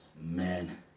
Man